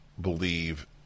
believe